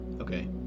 Okay